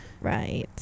Right